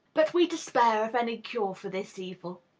but we despair of any cure for this evil.